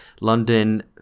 London